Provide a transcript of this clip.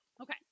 Okay